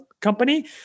company